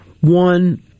one